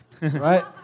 Right